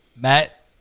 Matt